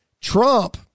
Trump